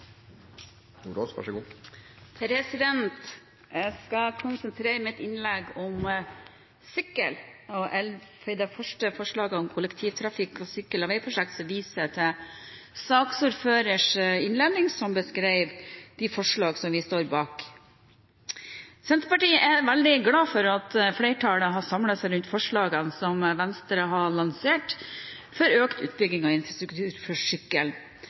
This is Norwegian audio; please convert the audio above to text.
Jeg skal konsentrere mitt innlegg om sykkel. Når det gjelder de første forslagene med hensyn til kollektivtrafikk, sykkel- og vegprosjekter, viser jeg til saksordførerens innledning, som beskrev de forslagene som vi står bak. Senterpartiet er veldig glad for at flertallet har samlet seg rundt forslagene som Venstre har lansert om økt utbygging av infrastruktur for